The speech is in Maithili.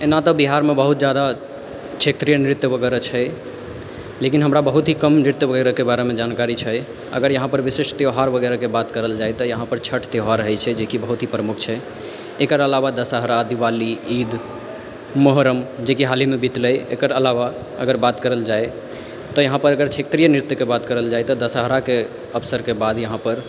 एना तऽ बिहारमे बहुत जादा क्षेत्रीय नृत्य वगैरह छै लेकिन हमरा बहुत ही कम नृत्य वगैरहके बारेमे जानकारी छै अगर यहाँपर विशिष्ट त्योहार वगैरहके बात करल जाइ तऽ यहाँपर छठ त्योहार होइ छै जेकि बहुत ही प्रमुख छै एकर अलावा दशहरा दिवाली ईद मुहर्रम जेकि हाल हीमे बीतलै एकर अलावा अगर बात करल जाइ तऽ यहाँपर अगर क्षेत्रीय नृत्यके बात करल जाइ तऽ दशहराके अवसरके बाद यहाँपर